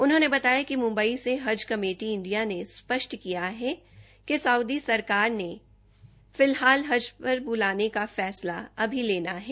उन्होंने बताया कि मुंबई से हज कमेटी इंडिया ने स्पष्ट किया है कि साउदी सरकार ने फिलहाल हज पर ब्लाने का फैसला अभी लेना है